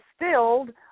distilled